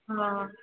हां